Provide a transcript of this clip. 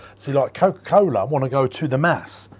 see like coca-cola wanna go to the mass,